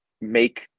make